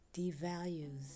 devalues